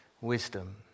wisdom